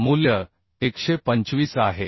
मूल्य 125 आहे